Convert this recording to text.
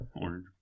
orange